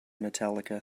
metallica